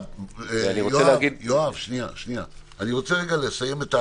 אני רוצה רגע לסיים,